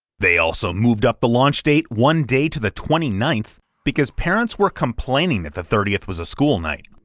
they also moved up the launch date up one day to the twenty ninth because parents were complaining that the thirtieth was a school night,